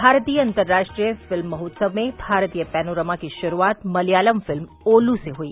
भारतीय अंतर्राष्ट्रीय फिल्म महोत्सव ने भारतीय पैनोरमा की शुरूआत मलयालम फिल्म ओलू से हुई